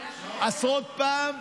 עשרות פעם.